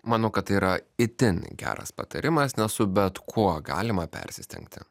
manau kad yra itin geras patarimas nes su bet kuo galima persistengti